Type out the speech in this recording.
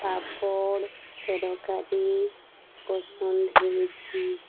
ପାପଡ଼ ତରକାରୀ ପସନ୍ଦ ହେଉଛି